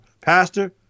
Pastor